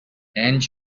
and